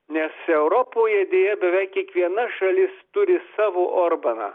nes europoje deja beveik kiekviena šalis turi savo orbaną